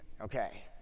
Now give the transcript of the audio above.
okay